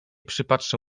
przypatrzę